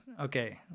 Okay